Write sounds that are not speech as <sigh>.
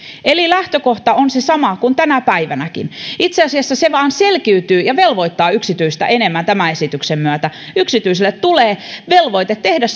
eli lähtökohta on se sama kuin tänä päivänäkin itse asiassa se vain selkiytyy ja velvoittaa yksityistä enemmän tämän esityksen myötä yksityiselle tulee velvoite tehdä <unintelligible>